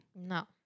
No